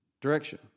direction